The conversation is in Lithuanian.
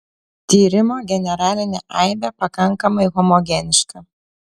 tyrimo generalinė aibė pakankamai homogeniška